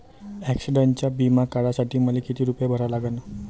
ॲक्सिडंटचा बिमा काढा साठी मले किती रूपे भरा लागन?